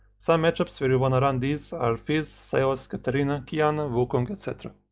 some matchups where you wanna run these are fizz, sylas, katarina, qiyana, wukong, etc.